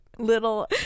little